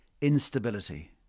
instability